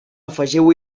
afegiu